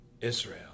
Israel